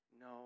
No